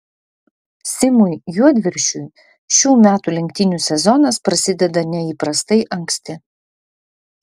simui juodviršiui šių metų lenktynių sezonas prasideda neįprastai anksti